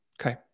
Okay